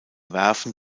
werfen